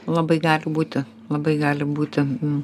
labai gali būti labai gali būti